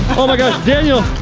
oh my gosh, daniel,